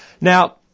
Now